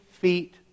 feet